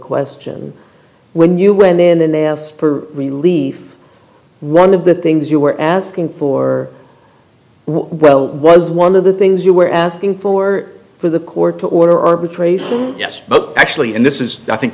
question when you went in and they asked for relief one of the things you were asking for well was one of the things you were asking for were for the court to order arbitration yes but actually and this is i think